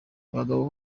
abagabo